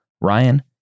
ryan